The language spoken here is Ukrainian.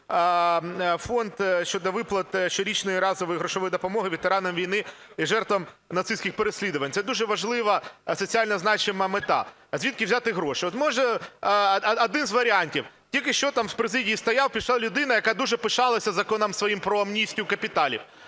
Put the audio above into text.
виплати щорічної разової грошової допомоги ветеранам війни і жертвам нацистських переслідувань. Це дуже важлива соціально значима мета. А звідки взяти гроші? От, може, один з варіантів. Тільки що там в президії стояв, пішла людина, яка дуже пишалася законом своїм про амністію капіталів.